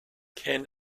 can